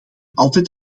altijd